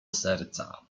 serca